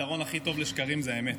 פשוט הפתרון הכי טוב לשקרים זה האמת.